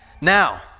Now